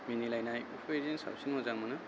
मिनिलायनाय बेफोरबायदिजों साबसिन मोजां मोनो